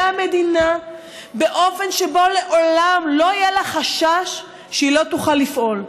המדינה באופן שבו לעולם לא יהיה לה חשש שהיא לא תוכל לפעול.